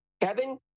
Kevin